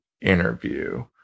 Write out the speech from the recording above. interview